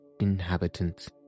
inhabitants